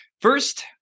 First